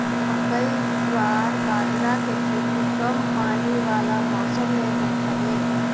मकई, जवार बजारा के खेती कम पानी वाला मौसम में होत हवे